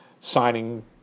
signing